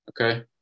okay